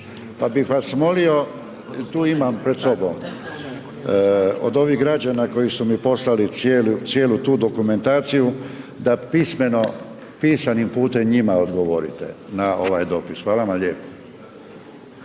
pa bi vas molio, tu imam pred sobom, od ovih građana, koji su mi poslali cijelu tu dokumentaciju da pismeno, pisanim putem njima odgovorite, na ovaj dopis. Hvala vam lijepo.